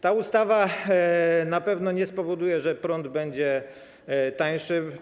Ta ustawa na pewno nie spowoduje, że prąd będzie tańszy.